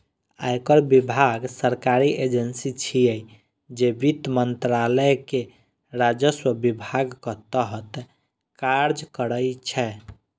आयकर विभाग सरकारी एजेंसी छियै, जे वित्त मंत्रालय के राजस्व विभागक तहत काज करै छै